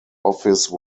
office